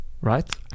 right